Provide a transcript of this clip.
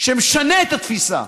שמשנה את התפיסה,